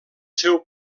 seu